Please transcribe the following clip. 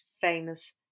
famous